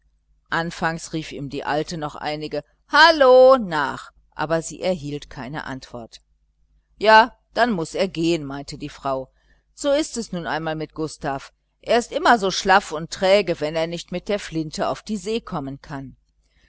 anfangs rief ihm die alte noch einige hallo nach aber sie erhielt keine antwort ja dann muß er gehen meinte die frau so ist es nun einmal mit gustav er ist immer so schlaff und träge wenn er nicht mit der flinte auf die see kommen kann